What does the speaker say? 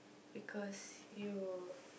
because you